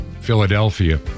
Philadelphia